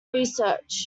research